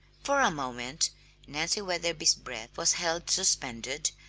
for a moment nancy wetherby's breath was held suspended,